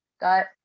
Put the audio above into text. Got